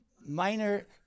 minor